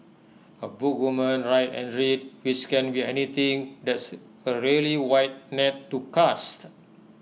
A book woman write and read which can be anything that's A really wide net to cast